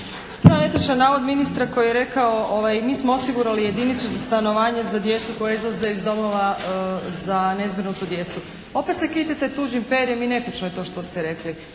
Ispravljam netočan navod ministra koji je rekao: "Mi smo osigurali jedinice za stanovanje za djecu koja izlaze iz domova za nezbrinutu djecu." Opet se kitite tuđim perjem i netočno je to što ste rekli.